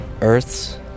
Earths